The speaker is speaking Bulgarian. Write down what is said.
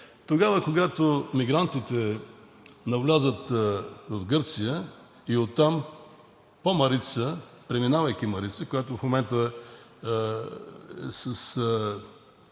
Тогава, когато мигрантите навлязат в Гърция и оттам преминавайки река Марица, която в момента е